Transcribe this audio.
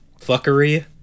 fuckery